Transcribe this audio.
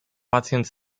pacjent